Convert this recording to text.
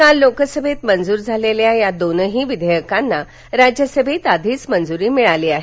काल लोकसभेत मंजूर झालेल्या या दोनही विधेयकांना राज्यसभेत आधीच मंजूरी मिळाली आहे